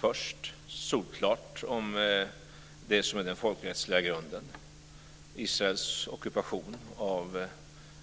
Det är solklart om det som är den folkrättsliga grunden. Israels ockupation av